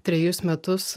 trejus metus